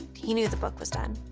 he knew the book was done.